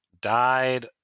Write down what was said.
died